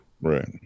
Right